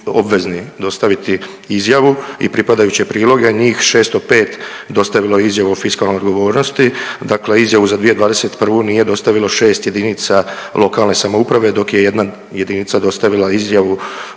obveznici dostaviti izjavu i pripadajuće priloge njih 605 dostavilo je izjavu o fiskalnoj odgovornosti, dakle izjavu za 2021. nije dostavilo 6 jedinica lokalne samouprave dok je jedna jedinica dostavila izjavu